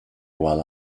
while